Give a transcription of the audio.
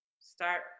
start